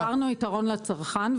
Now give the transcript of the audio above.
יצרנו יתרון לצרכן,